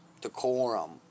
decorum